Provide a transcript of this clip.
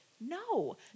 No